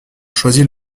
choisit